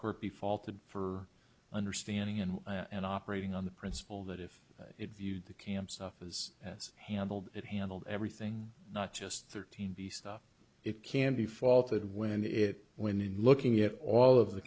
court be faulted for understanding and and operating on the principle that if it viewed the camp's office as handled it handled everything not just thirteen the stuff it can be faulted when it went in looking at all of the